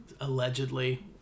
allegedly